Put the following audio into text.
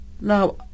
Now